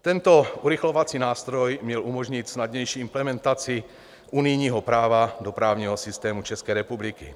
Tento urychlovací nástroj měl umožnit snadnější implementaci unijního práva do právního systému České republiky.